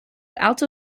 alto